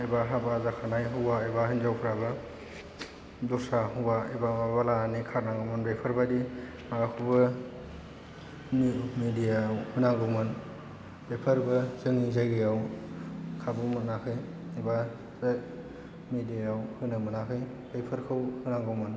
एबा हाबा जाखानाय हौवा एबा हिनजावफोराबो दस्रा हौवा एबा माबा लानानै खारनाङोमोन बेफोरबायदि माबाखौबो मिडियाआव होनांगौमोन बेफोरबो जोंनि जायगायाव खाबु मोनाखै एबा मिडियाआव होनो मोनाखै बेफोरखौ होनांगौमोन